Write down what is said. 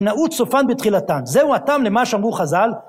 נעוץ סופן בתחילתן, זהו הטעם למה שאמרו חז"ל.